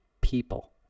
people